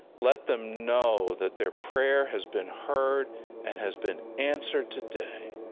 let them know that their prayer has been heard and has been answered today.